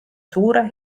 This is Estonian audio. suure